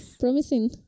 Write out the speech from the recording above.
promising